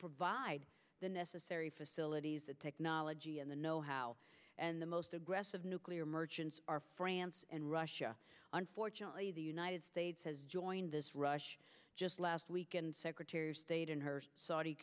provide the necessary facilities the technology and the know how and the most aggressive nuclear merchants are france and russia unfortunately the united states has joined this rush just last week and secretary of state and her saudi